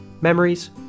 memories